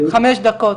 חמש דקות.